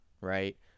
right